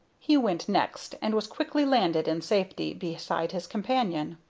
he went next, and was quickly landed in safety beside his companion.